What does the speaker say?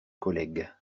collègue